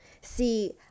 See